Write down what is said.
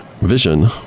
vision